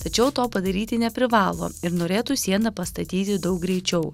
tačiau to padaryti neprivalo ir norėtų sieną pastatyti daug greičiau